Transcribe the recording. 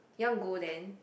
you want go then